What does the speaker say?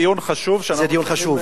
זה דיון חשוב שאנחנו צריכים, זה דיון חשוב.